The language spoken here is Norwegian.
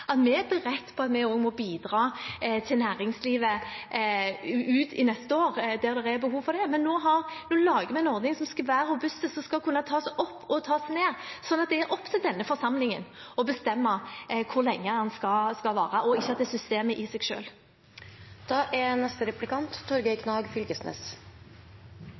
at vi er beredt på at vi også må bidra til næringslivet, der det er behov for det, ut i neste år. Men nå lager vi en ordning som skal være robust, og som skal kunne tas opp og tas ned. Så det er opp til denne forsamlingen å bestemme hvor lenge den skal vare, og …. systemet i seg selv. Den 18. januar kl. 8 – det er